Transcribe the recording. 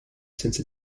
since